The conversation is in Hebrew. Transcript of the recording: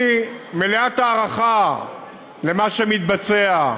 אני מלאת הערכה על מה שמתבצע,